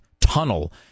tunnel